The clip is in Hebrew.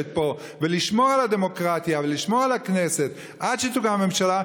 פה ולשמור על הדמוקרטיה ולשמור על הכנסת עד שתוקם הממשלה,